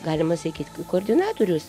galima sakyt koordinatorius